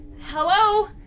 Hello